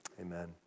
Amen